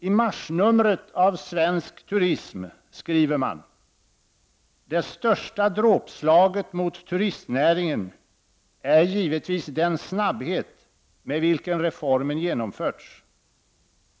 I marsnumret av Svensk turism skriver man: ”Det största dråpslaget mot turistnäringen är givetvis den snabbhet med vilken reformen genomförts.